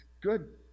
good